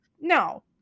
no